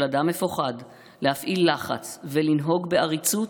אדם מפוחד להפעיל לחץ ולנהוג בעריצות